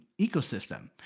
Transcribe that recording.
ecosystem